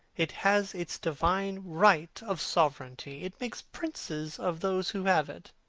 it has its divine right of sovereignty. it makes princes of those who have it.